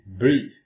brief